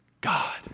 God